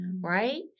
right